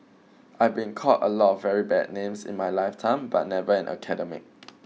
I've been called a lot of very bad names in my lifetime but never an academic